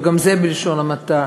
וגם זה בלשון המעטה